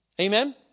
Amen